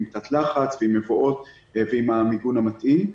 תת לחץ ועם מבואות ועם המיגון המתאים,